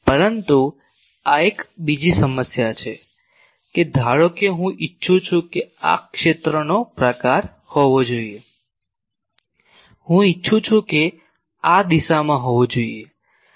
પરંતુ એક બીજી સમસ્યા છે કે ધારો કે હું ઇચ્છું છું કે આ ક્ષેત્રનો પ્રકાર હોવો જોઈએ હું ઇચ્છું છું કે આ દિશામાં હોવું જોઈએ